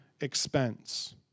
expense